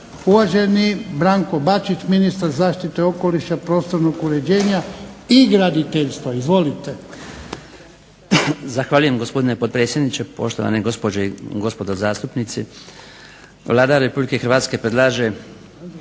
Uvaženi Branko Bačić, ministar zaštite okoliša, prostornog uređenja i graditeljstva. Izvolite. **Bačić, Branko (HDZ)** Zahvaljujem gospodine potpredsjedniče. Poštovane gospođe i gospodo zastupnici. Vlada Republike Hrvatske predlaže